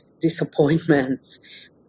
disappointments